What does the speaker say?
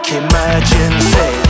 emergency